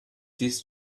this